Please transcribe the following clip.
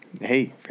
Hey